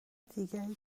دیگری